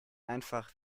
einfach